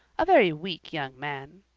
a very weak young man.